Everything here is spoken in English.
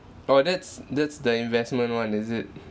oh that's that's the investment [one] is it